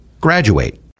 graduate